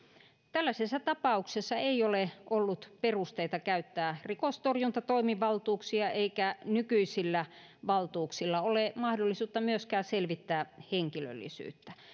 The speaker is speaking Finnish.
tällaisessa tapauksessa ei ole ollut perusteita käyttää rikostorjuntatoimivaltuuksia eikä nykyisillä valtuuksilla ole mahdollisuutta myöskään selvittää henkilöllisyyttä